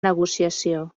negociació